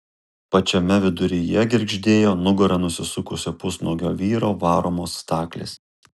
pačiame viduryje girgždėjo nugara nusisukusio pusnuogio vyro varomos staklės